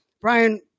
Brian